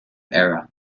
era